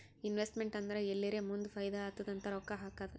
investment ಅಂದುರ್ ಎಲ್ಲಿರೇ ಮುಂದ್ ಫೈದಾ ಆತ್ತುದ್ ಅಂತ್ ರೊಕ್ಕಾ ಹಾಕದ್